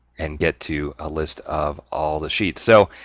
and get to a list of all the sheets. so,